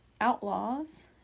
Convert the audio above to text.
outlaws